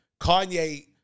Kanye